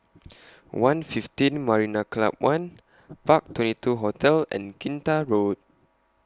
one' fifteen Marina Club one Park twenty two Hotel and Kinta Road